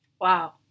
Wow